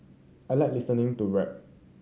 I like listening to rap